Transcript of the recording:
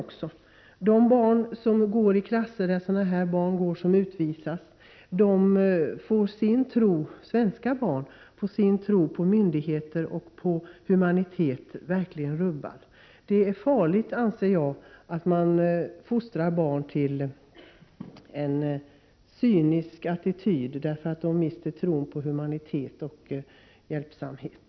De svenska barn som går i klasser med barn som utvisas får sin tro på myndigheter och humanitet rubbad. Det är farligt att barn fostras till en cynisk attityd, därför att de mister tron på humanitet och hjälpsamhet.